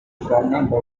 fernando